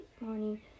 morning